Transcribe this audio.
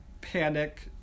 panic